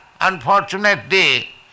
unfortunately